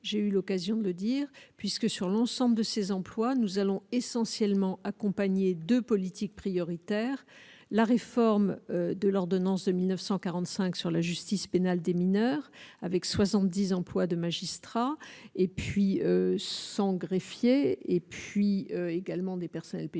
j'ai eu l'occasion de le dire, puisque sur l'ensemble de ces emplois, nous allons essentiellement accompagnée de politique prioritaire la réforme de l'ordonnance de 1945 sur la justice pénale des mineurs, avec 70 emplois de magistrats et puis sans greffier et puis également des personnels PJ, mais